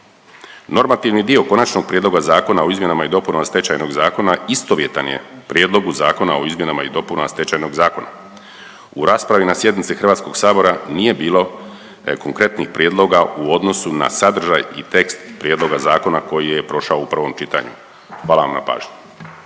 Noramtivni dio Konačnog prijedloga Zakona o izmjenama i dopunama Stečajnog zakona istovjetan je Prijedlogu zakona o izmjenama i dopunama Stečajnog zakona. U raspravi na sjednici HS-a nije bilo konkretnih prijedloga u odnosu na sadržaj i tekst prijedloga zakona koji je prošao u prvom čitanju. Hvala vam na pažnji.